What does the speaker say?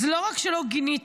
אז לא רק שלא גיניתם,